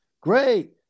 Great